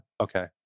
Okay